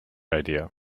idea